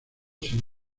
sin